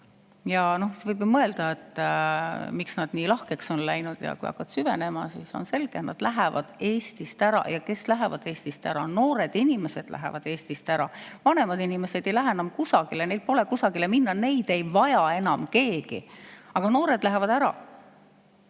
vara. Võib ju mõelda, miks nad nii lahkeks on läinud. Aga kui hakata süvenema, siis on selge, et nad lähevad Eestist ära. Ja kes lähevad Eestist ära? Noored inimesed lähevad Eestist ära. Vanemad inimesed ei lähe enam kusagile, neil pole kuhugi minna, neid ei vaja enam keegi. Aga noored lähevad ära.